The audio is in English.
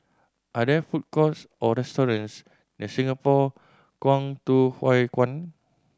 are there food courts or restaurants near Singapore Kwangtung Hui Kuan